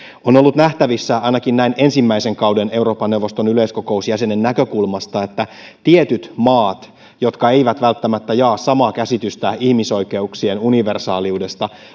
on ollut nähtävissä ainakin näin ensimmäisen kauden euroopan neuvoston yleiskokousjäsenen näkökulmasta että tietyt maat jotka eivät välttämättä jaa samaa käsitystä ihmisoikeuksien universaaliudesta